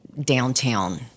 downtown